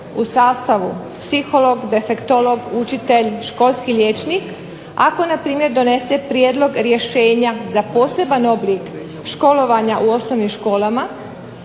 u sastavu psiholog, defektolog, učitelj, školski liječnik ako na primjer donese prijedlog rješenja za poseban oblik školovanja u osnovnim školama,